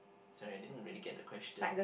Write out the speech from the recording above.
sorry I didn't really get the question